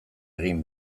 egin